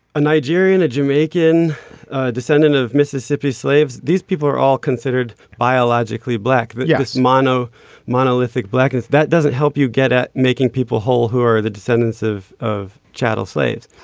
a nigerian a jamaican descendant of mississippi slaves. these people are all considered biologically black but yeah it's mono monolithic black. that doesn't help you get at making people whole who are the descendants of of chattel slaves.